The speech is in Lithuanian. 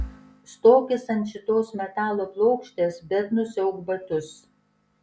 stokis ant šitos metalo plokštės bet nusiauk batus